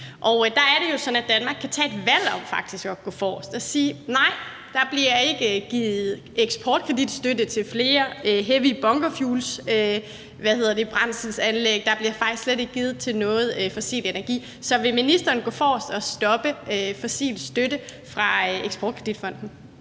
og der er det jo sådan, at Danmark kan tage et valg om faktisk at gå forrest og sige: Nej, der bliver ikke givet eksportkreditstøtte til flere heavy fuel brændselsanlæg – der bliver faktisk slet ikke givet til nogen fossil energi. Så vil ministeren gå forrest og stoppe fossil støtte fra Eksport Kredit Fonden?